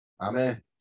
Amen